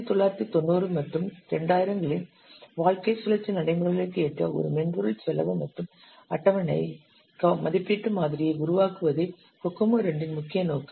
1990 மற்றும் 2000 களின் வாழ்க்கைச் சுழற்சி நடைமுறைகளுக்கு ஏற்ற ஒரு மென்பொருள் செலவு மற்றும் அட்டவணை மதிப்பீட்டு மாதிரியை உருவாக்குவதே கோகோமோ II இன் முக்கிய நோக்கம்